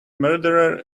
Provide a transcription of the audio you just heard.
murderer